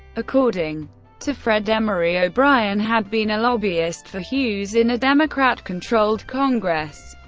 according to fred emery, o'brien had been a lobbyist for hughes in a democrat-controlled congress,